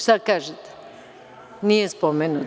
Šta kažete, nije spomenut?